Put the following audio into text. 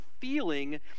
feeling